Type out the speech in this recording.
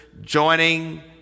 Joining